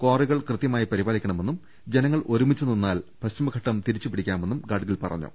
കാറികൾ കൃത്യമായി പരിപാലിക്കണമെന്നും ജനങ്ങൾ ഒരുമിച്ച് നിന്നാൽ പശ്ചിമഘട്ടം തിരിച്ചുപിടിക്കാമെന്നും ഗാഡ്ഗിൽ പറഞ്ഞു